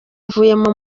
avuyemo